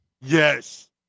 Yes